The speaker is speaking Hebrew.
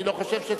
אני לא חושב שצריך,